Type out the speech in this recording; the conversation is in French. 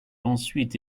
ensuite